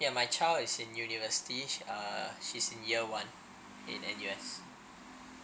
ya my child is in university uh she's in year one in N_U_S